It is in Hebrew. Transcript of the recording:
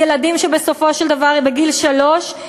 ילדים שבסופו של דבר בגיל שלוש,